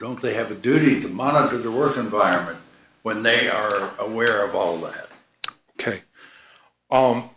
don't they have a duty to monitor their work environment when they are aware of all that ok